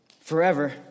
forever